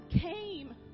came